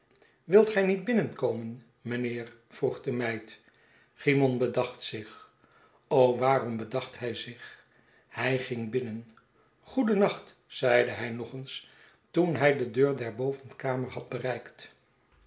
wilt gij niet binnenkomen mijnheer vroeg de meid cymon bedacht zich waarom bedacht hij zich hij ging binnen goedennacht zeide hij nog eens toen hij de deur der bovenvoorkamer had bereikt